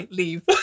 leave